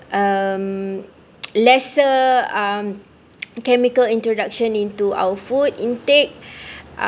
um lesser um chemical introduction into our food intake